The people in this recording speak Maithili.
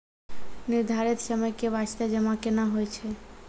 निर्धारित समय के बास्ते जमा केना होय छै?